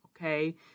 okay